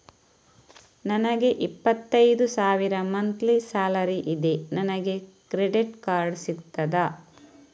ನನಗೆ ಇಪ್ಪತ್ತೈದು ಸಾವಿರ ಮಂತ್ಲಿ ಸಾಲರಿ ಇದೆ, ನನಗೆ ಕ್ರೆಡಿಟ್ ಕಾರ್ಡ್ ಸಿಗುತ್ತದಾ?